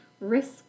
risk